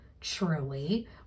truly